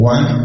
One